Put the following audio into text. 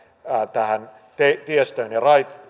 tiestöön ja